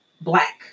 black